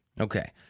Okay